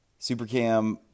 Supercam